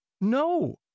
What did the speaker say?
No